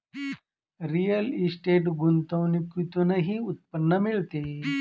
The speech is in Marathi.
रिअल इस्टेट गुंतवणुकीतूनही उत्पन्न मिळते